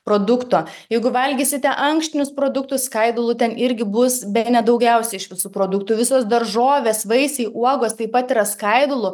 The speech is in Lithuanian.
produkto jeigu valgysite ankštinius produktus skaidulų ten irgi bus bene daugiausiai iš visų produktų visos daržovės vaisiai uogos taip pat yra skaidulų